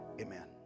amen